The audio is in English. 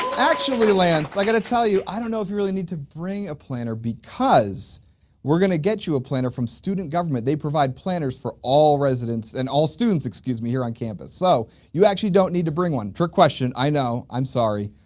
actually lance i got to tell you i don't know if you really need to bring a planner because we're gonna get you a planner from student government. they provide planners for all residents and all students excuse me here on campus so you actually don't need to bring one. trick question i know, i'm sorry,